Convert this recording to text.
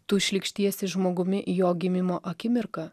tu šlykštiesi žmogumi jo gimimo akimirką